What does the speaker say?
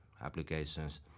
applications